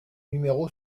numéro